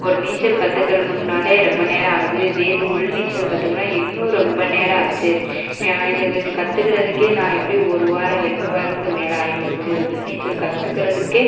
ஒரு நீச்சல் கற்றுக்கிறணும்ன்னாலே ரொம்ப நேரம் ஆகுது இதே இது உள்நீச்சல் கற்றுக்கணுன்னா இன்னும் ரொம்ப நேரம் ஆச்சு இதுக்கு கற்றுக்குறதுக்கே நான் எப்படியும் ஒரு வாரம் ரெண்டு வாரத்துக்கு மேலே ஆகிப்போச்சி உள்நீச்சல் கற்றுக்குறதுக்கே